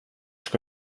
ska